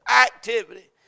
activity